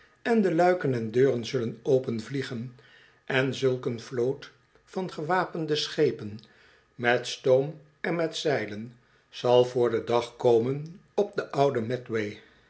en de luiken en deuren zullen openvliegen en zulk een vloot van gewapende schepen met stoom en met zeilen zal voor den dag komen op de oude